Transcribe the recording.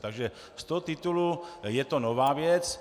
Takže z toho titulu je to nová věc.